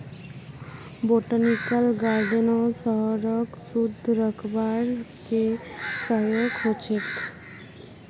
botanical गार्डनो शहरक शुद्ध रखवार के सहायक ह छेक